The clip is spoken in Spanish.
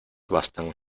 bastan